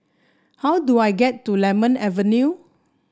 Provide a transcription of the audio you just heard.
how do I get to Lemon Avenue